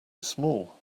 small